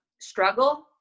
struggle